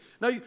Now